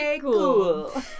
cool